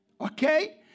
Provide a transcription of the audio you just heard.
Okay